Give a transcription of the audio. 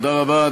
תודה רבה.